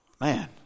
Man